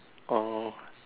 orh